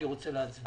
אני רוצה להצביע.